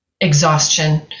exhaustion